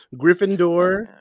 Gryffindor